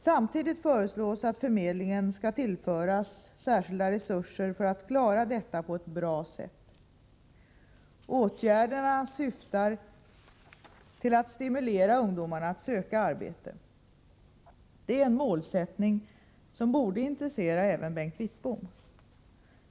Samtidigt föreslås att förmedlingen skall tillföras särskilda resurser för att klara detta på ett bra sätt. Åtgärderna syftar till att stimulera ungdomarna att söka arbete. Det är en målsättning som borde intressera även Bengt Wittbom.